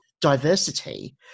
diversity